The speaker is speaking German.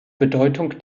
bedeutung